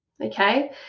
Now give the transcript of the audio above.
okay